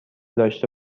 داشته